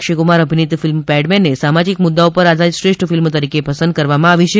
Akshay Kumar અભીનીત film પેડમેનને સામાજીક મુદ્દાઓ પર આધારિત શ્રેષ્ઠ ફિલ્મ તરીકે પસંદ કરવામાં આવી છે